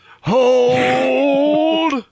hold